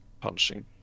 punching